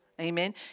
Amen